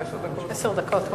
עשר דקות.